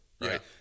right